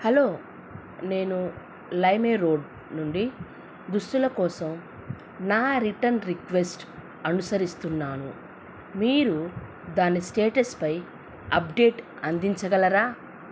hello నేను Limeroad నుండి దుస్తువుల కోసం నా రిటర్న్ రిక్వెస్ట్ అనుసరిస్తున్నాను మీరు దాని స్టేటస్పై అప్డేట్ అందించగలరా